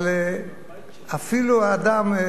אבל אפילו אדם,